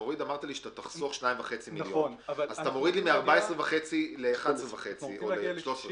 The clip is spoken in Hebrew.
אמרת לי שתחסוך 2.5 מיליון אז אתה מוריד לי מ-14.5 ל-11.5 או ל-13.